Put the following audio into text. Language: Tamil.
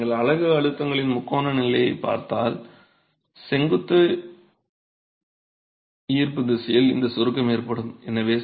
எனவே நீங்கள் அலகு அழுத்தங்களின் முக்கோண நிலையைப் பார்த்தால் செங்குத்தாக ஈர்ப்பு திசையில் இந்த சுருக்கம் ஏற்படும்